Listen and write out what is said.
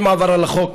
אם הוא עבר על החוק,